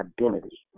identity